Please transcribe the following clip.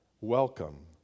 welcome